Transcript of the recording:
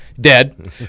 dead